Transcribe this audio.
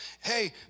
hey